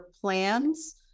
plans